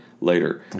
later